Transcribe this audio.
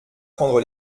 prendre